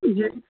جی